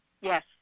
Yes